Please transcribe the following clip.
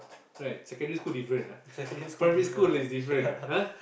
right secondary different ah primary school is different ah !huh!